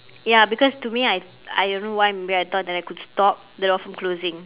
ya because to me I I don't know why maybe I thought that I could stop the door from closing